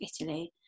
Italy